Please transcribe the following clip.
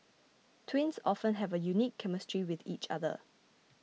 twins often have a unique chemistry with each other